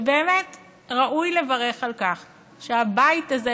ובאמת ראוי לברך על כך שהבית הזה,